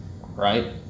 right